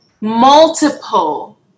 multiple